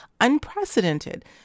unprecedented